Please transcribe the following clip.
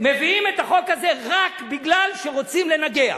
מביאים את החוק הזה רק כי רוצים לנגח,